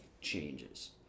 changes